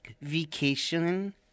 vacation